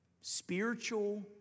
Spiritual